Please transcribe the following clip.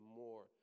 more